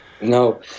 No